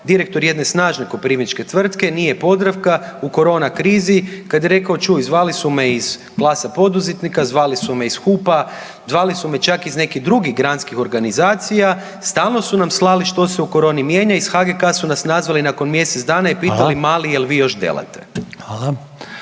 direktor jedne snažne koprivničke tvrtke, nije Podravka u korona krizi kad je rekao čuj zvali su me iz Glasa poduzetnika, zvali su me iz HUP-a, zvali su me čak iz nekih drugih granskih organizacija, stalno su nam slali što se u koroni mijenja, iz HGK su nas nazvali nakon mjesec dana …/Upadica: Hvala./… i pitali mali jel vi još delate.